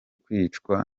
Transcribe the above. kwicwa